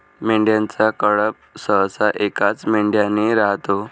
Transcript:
मेंढ्यांचा कळप सहसा एकाच मेंढ्याने राहतो